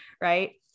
right